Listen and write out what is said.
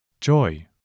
joy